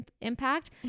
impact